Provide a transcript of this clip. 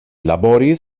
laboris